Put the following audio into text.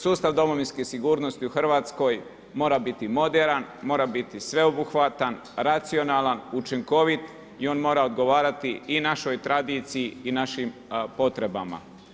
Sustav domovinske sigurnosti u Hrvatskoj mora biti moderan, mora biti sveobuhvatan, racionalan, učinkovit i on mora odgovarati i našoj tradiciji i našim potrebama.